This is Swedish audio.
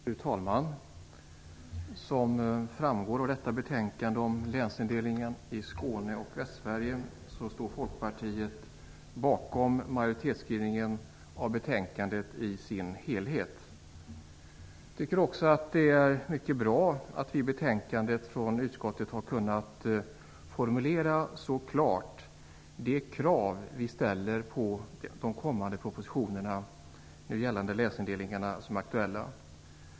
Fru talman! Som framgår av detta betänkande Länsindelningen i Skåne och Västsverige står Folkpartiet bakom majoritetsskrivningen i betänkandet i dess helhet. Jag tycker också att det är mycket bra att vi i utskottet i betänkandet så klart har kunnat formulera de krav vi ställer på de kommande propositionerna gällande de länsindelningar som är aktuella.